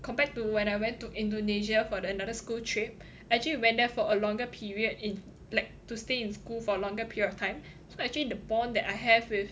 compared to when I went to Indonesia for the another school trip actually we went there for a longer period in like to stay in school for a longer period of time so actually the bond that I have with